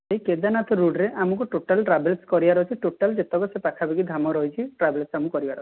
ସେ କେଦାରନାଥ ରୁଟ୍ରେ ଆମକୁ ଟୋଟାଲ୍ ଟ୍ରାଭେଲ୍ସ କରିବାର ଅଛି ଟୋଟାଲ୍ ଯେତେକ ସେଠି ପାଖାପାଖି ଧାମ ରହିଛି ଟ୍ରାଭେଲ୍ସ ଆମକୁ କରିବାର ଅଛି